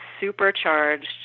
supercharged